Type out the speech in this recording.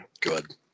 good